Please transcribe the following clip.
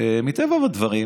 מטבע הדברים,